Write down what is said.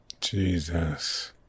Jesus